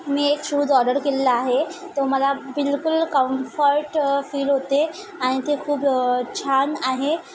मी एक shoes order केलेला आहे तो मला बिलकुल कम्फर्ट फील होते आणि ते खूप छान आहेत